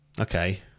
okay